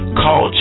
call